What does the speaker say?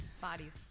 Bodies